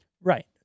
Right